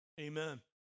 amen